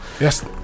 Yes